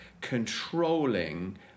controlling